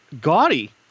gaudy